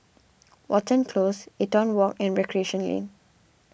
Watten Close Eaton Walk and Recreation Lane